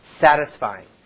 satisfying